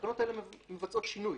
התקנות האלה מבצעות שינוי.